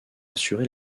assurer